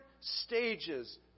stages